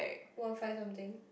one five something